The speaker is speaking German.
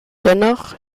dennoch